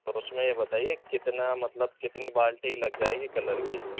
اور اُس میں یہ بتائیے کتنا مطلب کتنی بالٹی لگ جائے گی کلر کی